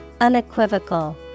Unequivocal